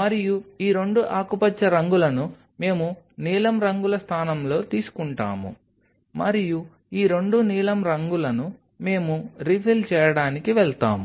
మరియు ఈ రెండు ఆకుపచ్చ రంగులను మేము నీలం రంగుల స్థానంలో తీసుకుంటాము మరియు ఈ రెండు నీలం రంగులను మేము రీఫిల్ చేయడానికి వెళ్తాము